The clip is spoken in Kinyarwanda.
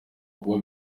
kuba